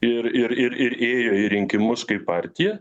ir ir ir ir ėjo į rinkimus kai partija